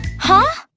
huh?